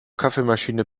kaffeemaschine